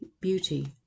beauty